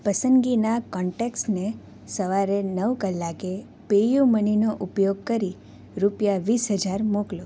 પસંદગીના કોન્ટેક્ટ્સને સવારે નવ કલાકે પેયુમનીનો ઉપયોગ કરી રૂપિયા વીસ હજાર મોકલો